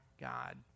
God